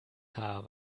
haar